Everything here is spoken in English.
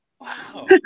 Wow